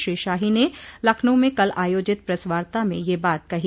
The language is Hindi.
श्री शाही ने लखनऊ में कल आयोजित प्रेस वार्ता में यह बात कही